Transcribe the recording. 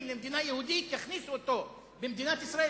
למדינה יהודית יכניסו אותו במדינת ישראל,